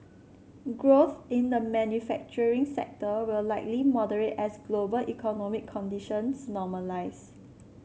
growth in the manufacturing sector will likely moderate as global economic conditions normalise